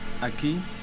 Aquí